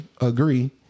agree